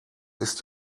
ist